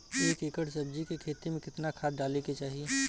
एक एकड़ सब्जी के खेती में कितना खाद डाले के चाही?